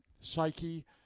psyche